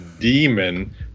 demon